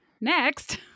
next